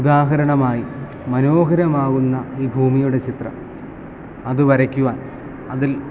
ഉദാഹരണമായി മനോഹരമാവുന്ന ഈ ഭൂമിയുടെ ചിത്രം അത് വരയ്ക്കുവാൻ അതിൽ